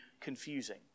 confusing